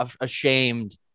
ashamed